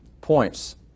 points